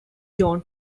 john